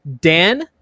Dan